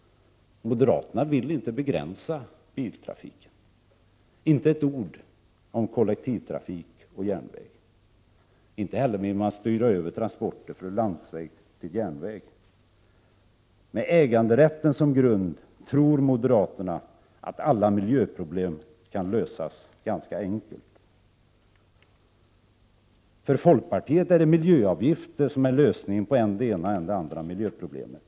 Moderaterna vill inte begränsa biltrafiken. De säger inte ett ord om kollektivtrafik och järnväg. Inte heller vill man styra över transporter från landsväg till järnväg. Med äganderätten som grund tror moderaterna att alla miljöproblem kan lösas ganska enkelt. För folkpartiet är det miljöavgifter som är lösningen på än det ena än det andra miljöproblemet.